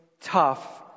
tough